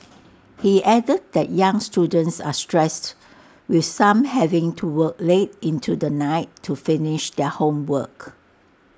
he added that young students are stressed with some having to work late into the night to finish their homework